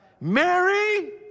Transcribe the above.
Mary